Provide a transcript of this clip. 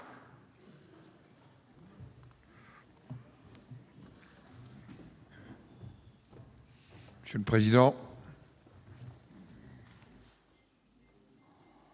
Monsieur le président,